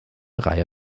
reihe